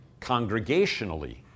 congregationally